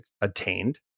attained